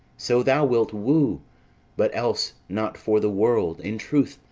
so thou wilt woo but else, not for the world. in truth,